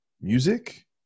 music